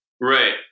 Right